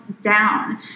down